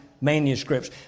manuscripts